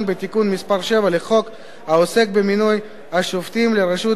בתיקון מס' 7 לחוק העוסק במינוי השופטים לראשות